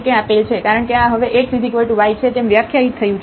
તરીકે આપેલ છે કારણ કે આ હવે x y છે તેમ વ્યાખ્યાયિત થયું છે